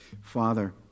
Father